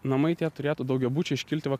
namai tie turėtų daugiabučiai iškilti va